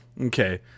Okay